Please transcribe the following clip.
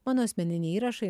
mano asmeniniai įrašai